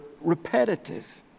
repetitive